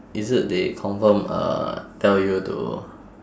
is it they confirm uh tell you to